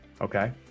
okay